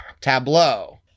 tableau